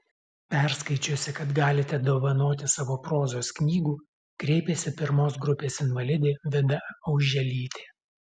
perskaičiusi kad galite dovanoti savo prozos knygų kreipėsi pirmos grupės invalidė vida auželytė